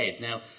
Now